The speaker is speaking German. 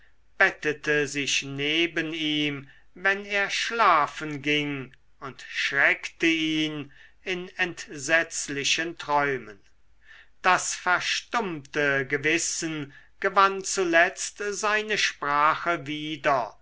bettete sich neben ihm wenn er schlafen ging und schreckte ihn in entsetzlichen träumen das verstummte gewissen gewann zugleich seine sprache wieder